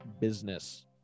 business